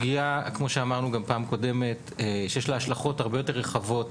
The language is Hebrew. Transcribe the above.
כמו שאמרנו גם בפעם הקודמת זאת סוגיה שיש לה השלכות הרבה יותר רחבות